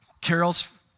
Carol's